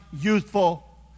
youthful